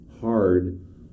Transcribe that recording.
hard